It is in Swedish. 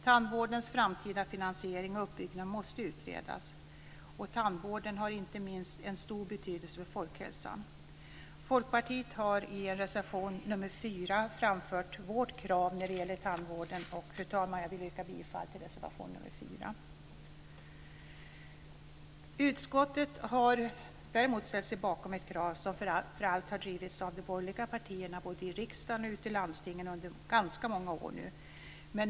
Tandvårdens framtida finansiering och uppbyggnad måste utredas. Tandvården har inte minst en stor betydelse för folkhälsan. Vi i Folkpartiet har i reservation nr 4 framfört vårt krav när det gäller tandvården. Fru talman! Jag vill yrka bifall till reservation nr 4. Utskottet har däremot ställt sig bakom ett krav som framför allt har drivits av de borgerliga partierna både i riksdagen och ute i landstingen under ganska många år.